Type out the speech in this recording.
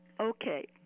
Okay